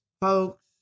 folks